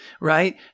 right